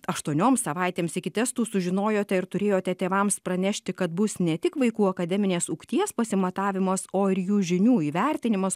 aštuonioms savaitėms iki testų sužinojote ir turėjote tėvams pranešti kad bus ne tik vaikų akademinės ūgties pasimatavimas o ir jų žinių įvertinimas